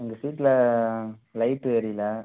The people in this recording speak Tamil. எங்கள் ஸ்ட்ரீட்டில் லைட் எரியலை